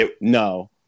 No